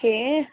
okay